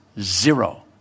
zero